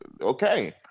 okay